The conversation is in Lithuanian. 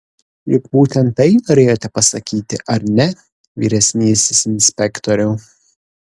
juk būtent tai norėjote pasakyti ar ne vyresnysis inspektoriau